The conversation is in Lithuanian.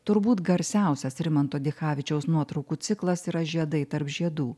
turbūt garsiausias rimanto dichavičiaus nuotraukų ciklas yra žiedai tarp žiedų